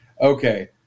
Okay